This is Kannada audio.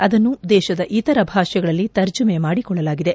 ಅದನ್ನು ದೇಶದ ಇತರ ಭಾಷೆಗಳಲ್ಲಿ ತರ್ಜುಮೆ ಮಾಡಿಕೊಳ್ಳಲಾಗಿದೆ